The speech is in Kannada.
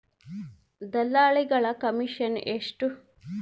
ದಲ್ಲಾಳಿಗಳ ಕಮಿಷನ್ ಎಷ್ಟು?